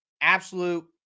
Absolute